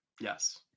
Yes